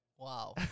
Wow